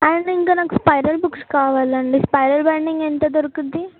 and ఇంకా నాకు spiral books కావాలండి స్పైరల్ బైండింగ్ ఎంత దొరుకుతుంది